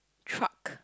truck